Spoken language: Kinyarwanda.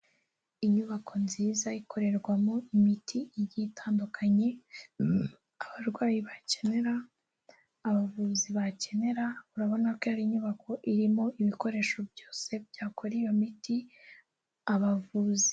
Inyubako nziza ikorerwamo imiti igiye itandukanye abarwayi bakenera, abavuzi bakenera, urabona ko ari inyubako irimo ibikoresho byose byakora iyo miti abavuzi.